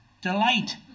delight